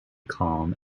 calm